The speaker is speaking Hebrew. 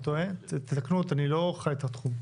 אני טועה, תתקנו אותי, אני לא חי את התחום.